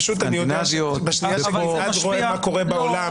פשוט אני יודע שבשנייה שגלעד רואה מה קורה בעולם,